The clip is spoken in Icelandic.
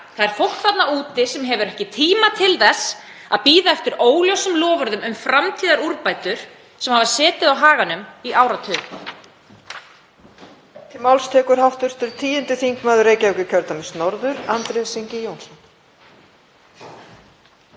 Það er fólk þarna úti sem hefur ekki tíma til þess að bíða eftir óljósum loforðum um framtíðarúrbætur sem hafa setið á hakanum í áratug.